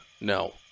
No